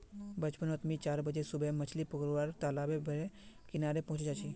बचपन नोत मि चार बजे सुबह मछली पकरुवा तालाब बेर किनारे पहुचे जा छी